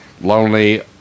lonely